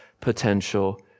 potential